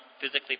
physically